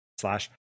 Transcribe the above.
slash